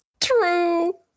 True